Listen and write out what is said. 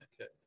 okay